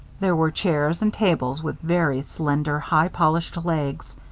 there were chairs and tables with very slender, highly-polished legs.